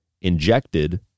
injected